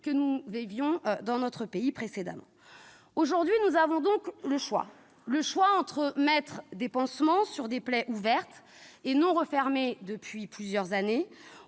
que nous vivions dans notre pays précédemment. Nous avons donc le choix : nous pouvons mettre des pansements sur des plaies ouvertes et non refermées depuis plusieurs années,